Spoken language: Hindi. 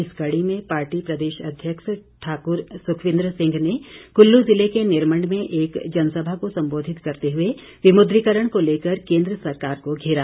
इस कड़ी में पार्टी प्रदेश अध्यक्ष ठाकुर सुखविंदर सिंह ने कुल्लू जिले के निरमंड में एक जनसभा को संबोधित करते हुए विमुद्रीकरण को लेकर केंद्र सरकार को घेरा